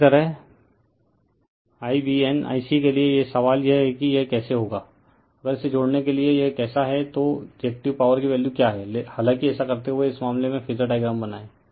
इसी तरह I v n Ic के लिए सवाल यह है कि यह कैसे होगा अगर इसे जोड़ने के लिए यह कैसा है तो रिएक्टिव पॉवर की वैल्यू क्या है हालाँकि ऐसा करते हुए इस मामले में फेजर डायग्राम बनाएं